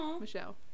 Michelle